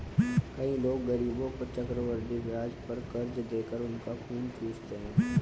कई लोग गरीबों को चक्रवृद्धि ब्याज पर कर्ज देकर उनका खून चूसते हैं